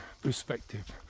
perspective